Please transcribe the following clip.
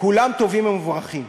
כולם טובים ומבורכים.